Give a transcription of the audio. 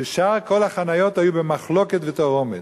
ששאר כל החניות היו במחלוקת ותרעומת.